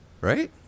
Right